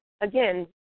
again